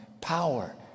power